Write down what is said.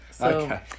Okay